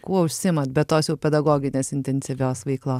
kuo užsiimat be tos pedagoginės intensyvios veiklo